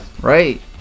Right